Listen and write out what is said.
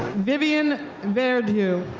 viviane verdieu.